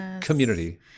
community